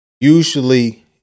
Usually